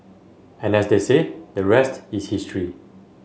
and as they say the rest is history